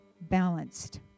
balanced